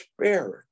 Spirit